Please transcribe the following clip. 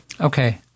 Okay